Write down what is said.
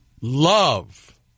love